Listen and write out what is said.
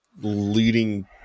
leading